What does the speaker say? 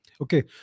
Okay